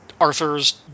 Arthur's